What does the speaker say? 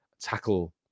tackle